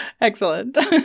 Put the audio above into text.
excellent